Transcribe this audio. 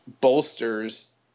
bolsters